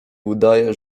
udaję